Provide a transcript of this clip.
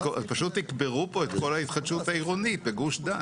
פשוט יקברו פה את כל ההתחדשות העירונית בגוש דן.